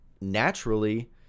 naturally